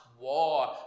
war